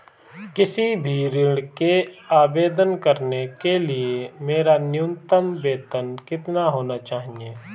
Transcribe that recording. किसी भी ऋण के आवेदन करने के लिए मेरा न्यूनतम वेतन कितना होना चाहिए?